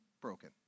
broken